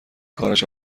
کارش